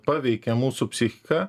paveikia mūsų psichiką